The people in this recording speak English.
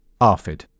ARFID